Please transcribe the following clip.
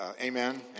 amen